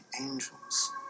angels